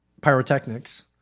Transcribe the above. pyrotechnics